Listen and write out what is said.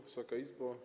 Wysoka Izbo!